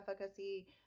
efficacy